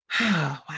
wow